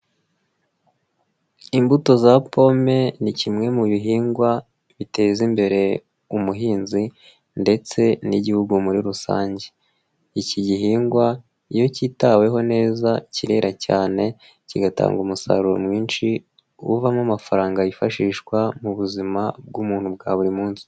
Imbuto za pome ni kimwe mu bihingwa biteza imbere umuhinzi ndetse n'igihugu muri rusange. Iki gihingwa iyo kitaweho neza kirera cyane, kigatanga umusaruro mwinshi uvamo amafaranga yifashishwa mu buzima bw'umuntu bwa buri munsi.